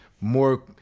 more